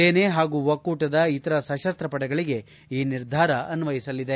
ಸೇನೆ ಹಾಗೂ ಒಕ್ಕೂಟದ ಇತರ ಸತಸ್ತ ಪಡೆಗಳಿಗೆ ಈ ನಿರ್ಧಾರ ಅನ್ವಯಿಸಲಿದೆ